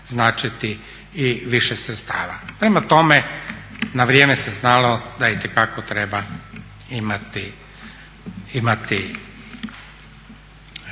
značiti i više sredstava. Prema tome na vrijeme se znalo da itekako treba imati